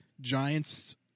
Giants